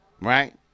right